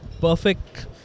perfect